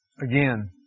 Again